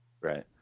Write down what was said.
Right